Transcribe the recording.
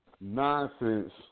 nonsense